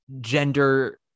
gender